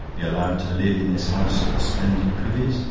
be allowed to live in this house of the splendid privies,